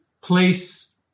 place